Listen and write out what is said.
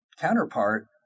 counterpart